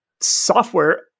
software